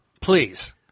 please